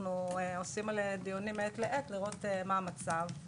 אנחנו עושים דיונים מעת לעת על מנת לראות מה המצב.